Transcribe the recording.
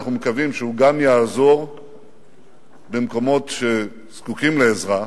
אנחנו מקווים שהוא גם יעזור במקומות שזקוקים לעזרה,